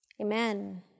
Amen